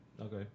okay